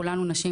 כולנו נשים,